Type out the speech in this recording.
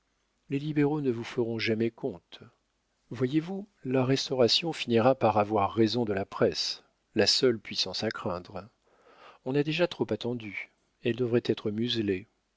les libéraux ne vous feront jamais comte voyez-vous la restauration finira par avoir raison de la presse la seule puissance à craindre on a déjà trop attendu elle devrait être muselée